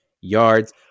yards